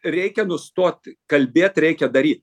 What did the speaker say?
reikia nustot kalbėt reikia daryt